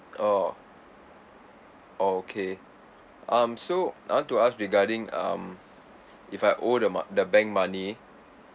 oh oh okay um so I want to ask regarding um if I owe the mo~ the bank money